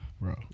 bro